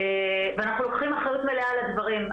ואנחנו לוקחים אחריות מלאה על הדברים.